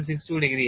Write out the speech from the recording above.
62 ഡിഗ്രിയാണ്